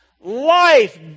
life